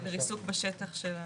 בשטח.